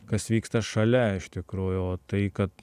kas vyksta šalia iš tikrųjų o tai kad